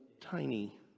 tiny